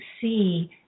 see